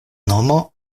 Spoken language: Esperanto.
nomo